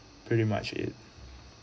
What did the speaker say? pretty much it